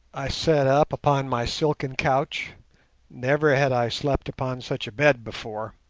i sat up upon my silken couch never had i slept upon such a bed before